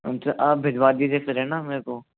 अच्छा आप भिजवा दीजिए फिर है ना मेरे को